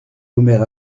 omer